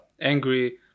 angry